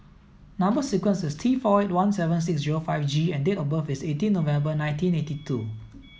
number sequence is T four one seven six zero five G and date of birth is eighteen November nineteen eighty two